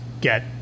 get